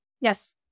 Yes